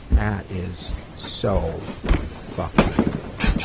that is so fucking beautiful.